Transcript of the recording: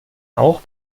auch